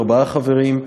ארבעה חברים,